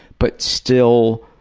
but still,